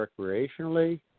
recreationally